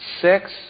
six